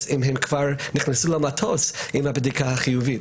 אם הם כבר נכנסו למטוס עם הבדיקה החיובית?